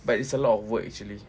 but it's a lot of work actually